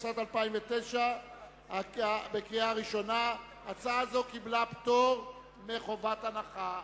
התשס"ט 2009. הצעה זו קיבלה פטור מחובת הנחה.